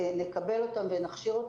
שנקבל ונכשיר,